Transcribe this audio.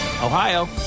Ohio